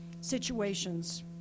situations